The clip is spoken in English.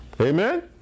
Amen